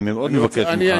אני מאוד מבקש ממך.